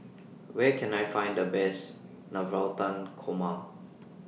Where Can I Find The Best Navratan Korma